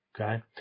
okay